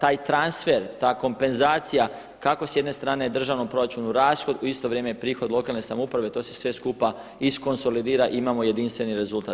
Taj transfer, ta kompenzacija kako s jedne strane državnom proračunu rashod u isto vrijeme i prihod lokalne samouprave, to sve skupa iskonsolidira i imamo jedinstveni rezultat.